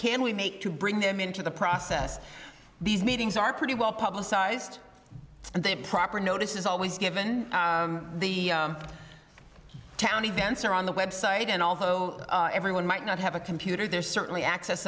can we make to bring them into the process these meetings are pretty well publicized and then proper notice is always given the town events are on the website and although everyone might not have a computer there's certainly access